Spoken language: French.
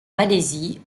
malaisie